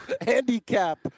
handicap